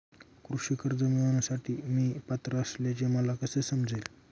कृषी कर्ज मिळविण्यासाठी मी पात्र असल्याचे मला कसे समजेल?